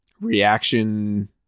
reaction